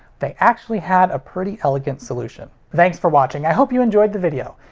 they actually had a pretty elegant solution. thanks for watching, i hoped you enjoyed the video!